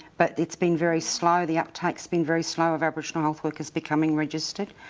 but it's been very slow the uptake's been very slow of aboriginal health workers becoming registered.